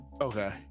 Okay